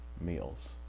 meals